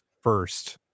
first